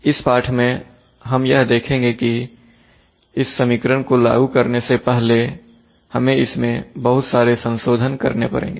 इस पाठ में हम यह देखेंगे कि इस समीकरण को लागू करने से पहले हमें इसमें बहुत सारे संशोधन करने पड़ेंगे